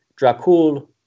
Dracul